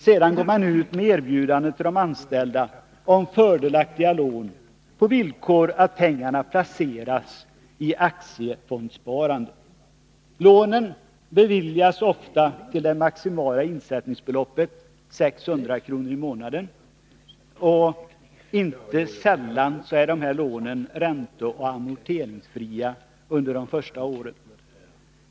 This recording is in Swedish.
Sedan går man ut med erbjudanden till de anställda om fördelaktiga lån, på villkor att pengarna placeras i aktiefondssparandet. Lånen beviljas ofta till det maximala insättningsbeloppet, 600 kr. i månaden, och är inte sällan ränteoch amorteringsfria under de första åren.